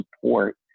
support